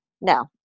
No